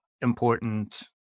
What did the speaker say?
important